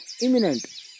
imminent